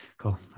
cool